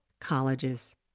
colleges